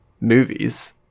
movies